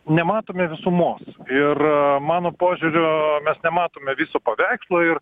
nematome visumos ir mano požiūriu mes nematome viso paveikslo ir